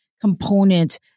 component